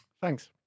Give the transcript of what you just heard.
Thanks